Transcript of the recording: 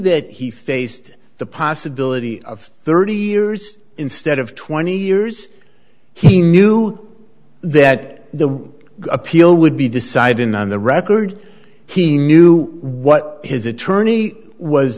that he faced the possibility of thirty years instead of twenty years he knew that the appeal would be decided on the record he knew what his attorney was